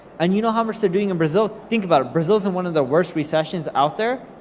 and you know how much they're doing in brazil? think about it, brazil's in one of the worst recessions out there.